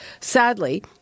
Sadly